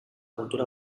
kultura